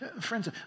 Friends